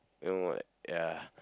you know what ya